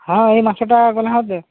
ହଁ ଏଇ ମାସଟା ଗଲେ ହେବ